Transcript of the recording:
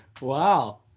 Wow